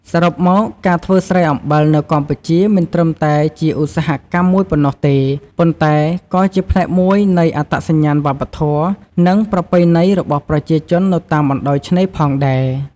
សរុបមក ការធ្វើស្រែអំបិលនៅកម្ពុជាមិនត្រឹមតែជាឧស្សាហកម្មមួយប៉ុណ្ណោះទេ ប៉ុន្តែក៏ជាផ្នែកមួយនៃអត្តសញ្ញាណវប្បធម៌ និងប្រពៃណីរបស់ប្រជាជននៅតាមបណ្ដោយឆ្នេរផងដែរ។